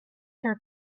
her